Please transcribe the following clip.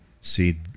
See